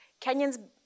Kenyans